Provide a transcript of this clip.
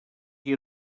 qui